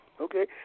Okay